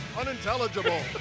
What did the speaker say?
unintelligible